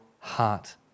heart